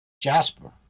Jasper